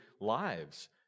lives